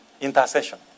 Intercession